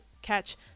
catch